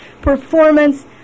performance